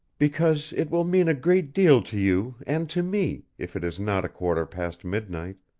because it will mean a great deal to you and to me if it is not a quarter past midnight,